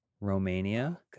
Romania